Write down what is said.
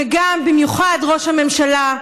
וגם במיוחד ראש הממשלה,